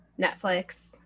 Netflix